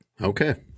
okay